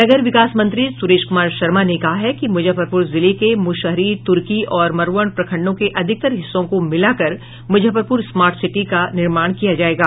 नगर विकास मंत्री सुरेश कुमार शर्मा ने कहा है कि मुजफ्फरपुर जिले के मुशहरी तुर्की और मरवण प्रखंडों के अधिकतर हिस्सों को मिलाकर मूजफ्फरपूर स्मार्ट सिटी का निर्माण किया जायेगा